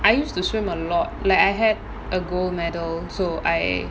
I used to swim a lot like I had a gold medal so I